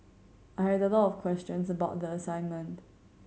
I had a lot of questions about the assignment